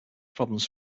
problems